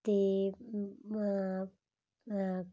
ਅਤੇ